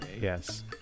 yes